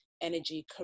energy